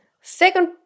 Second